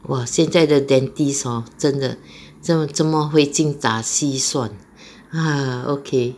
!wah! 现在的 dentist hor 真的这么这么会精打细算 ah okay